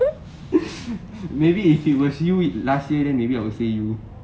maybe if it was you it last year then maybe I will say you